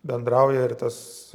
bendrauja ir tas